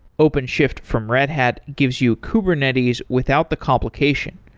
openshift from red hat gives you kubernetes without the complication.